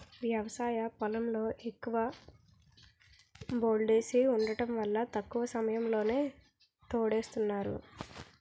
వ్యవసాయ పొలంలో ఎక్కువ బోర్లేసి వుండటం వల్ల తక్కువ సమయంలోనే తోడేస్తున్నారు